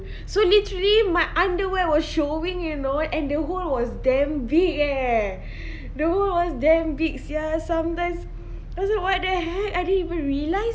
so literally my underwear was showing you know and the hole was damn big eh the hole was damn big sia some times I was like what the heck I didn't even realise